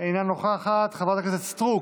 אינה נוכחת, חברת הכנסת סטרוק,